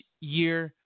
year